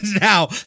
now